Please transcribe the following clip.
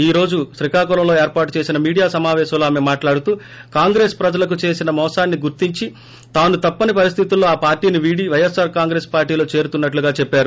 ఈ రోజు శ్రీకాకుళంలో ఏర్పాటు చేసిన మీడియా సమాపేశంలో ఆమె మాట్లాడుతూ కాంగ్రెస్ ప్రజలకు చేసిన మోసాన్సి గుర్తించి తాను తప్పని పరిస్థితుల్లో ఆ పార్టీని వీడి వైఎస్పార్ కాంగ్రెస్ పార్లీలో చేరుతున్నట్లుగా చెప్పారు